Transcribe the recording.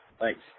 Thanks